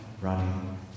running